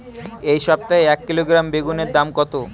এই সপ্তাহে এক কিলোগ্রাম বেগুন এর দাম কত?